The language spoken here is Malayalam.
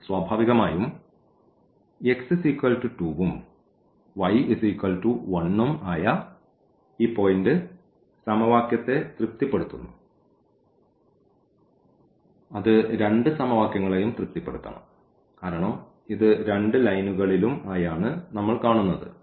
അതിനാൽ സ്വാഭാവികമായും x 2 ഉം y 1 ഉം ആയ ഈ പോയിന്റ് സമവാക്യത്തെ തൃപ്തിപ്പെടുത്തുന്നു അത് രണ്ട് സമവാക്യങ്ങളെയും തൃപ്തിപ്പെടുത്തണം കാരണം ഇത് രണ്ട് ലൈനുകളിൽഉം ആയാണ് നമ്മൾ കാണുന്നത്